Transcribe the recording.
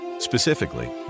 Specifically